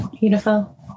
Beautiful